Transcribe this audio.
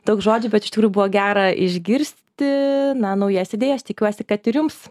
daug žodžių bet iš tikrųjų buvo gera išgirsti na naujas idėjas tikiuosi kad ir jums